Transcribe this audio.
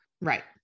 right